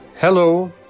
Hello